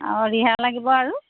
অঁ ৰিহা লাগিব আৰু